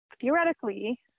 theoretically